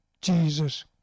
Jesus